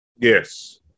Yes